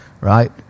right